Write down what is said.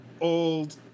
old